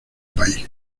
país